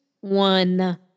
one